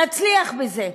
נצליח בזה.